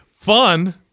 Fun